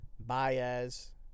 Baez